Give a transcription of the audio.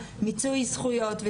מיצוי זכויות,